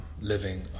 living